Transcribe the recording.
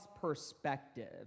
perspective